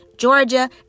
Georgia